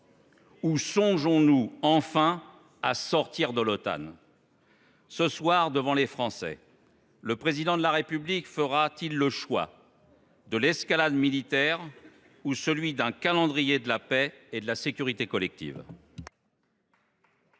ou songeons nous enfin à sortir de l’Otan ? Ce soir, devant les Français, le Président de la République fera t il le choix de l’escalade militaire ou celui d’un calendrier de la paix et de la sécurité collective ?